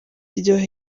iryoha